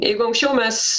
jeigu anksčiau mes